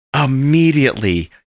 immediately